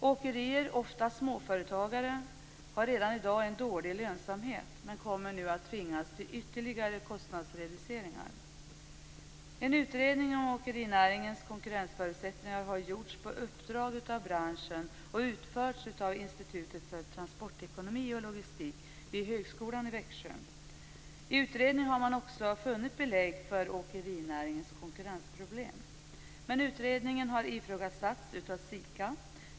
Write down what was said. Åkerier - oftast småföretagare - har redan i dag en dålig lönsamhet, men kommer nu att tvingas till ytterligare kostnadsreduceringar. En utredning om åkerinäringens konkurrensförutsättningar har utförts på uppdrag av branschen av Institutet för transportekonomi och logistik vid högskolan i Växjö. I utredningen har man också funnit belägg för åkerinäringens konkurrensproblem. Utredningen har ifrågasatts av SIKA.